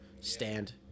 stand